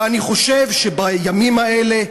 אני חושב שבימים האלה,